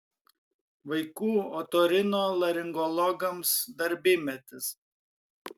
vaikų otorinolaringologams darbymetis